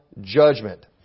judgment